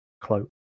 cloak